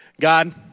God